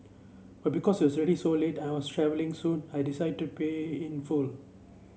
but because it was already so late and I was travelling soon I decided to pay in full